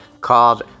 called